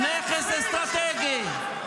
נכס אסטרטגי.